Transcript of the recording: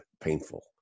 painful